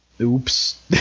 oops